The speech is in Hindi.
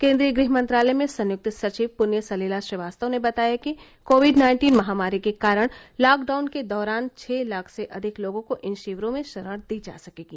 केन्द्रीय गृह मंत्रालय में संयुक्त सचिव पुण्य सलिला श्रीवास्तव ने बताया कि कोविड नाइन्टीन महामारी के कारण लॉकडाउन के दौरान छह लाख से अधिक लोगों को इन शिविरों में शरण दी जा सकेगी